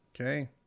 Okay